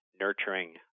nurturing